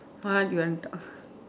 what you want to talk